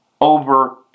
over